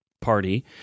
party